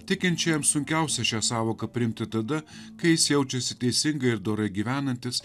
tikinčiajam sunkiausia šią sąvoką priimti tada kai jis jaučiasi teisingai ir dorai gyvenantis